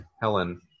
Helen